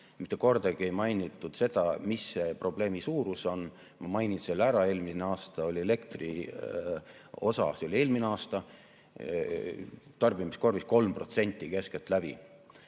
Mitte kordagi ei mainitud seda, mis see probleemi suurus on. Ma mainin selle ära. Eelmine aasta oli elektri osa – see oli eelmine aasta – tarbimiskorvis 3% keskeltläbi.